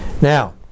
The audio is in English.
Now